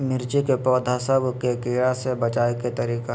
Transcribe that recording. मिर्ची के पौधा सब के कीड़ा से बचाय के तरीका?